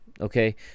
okay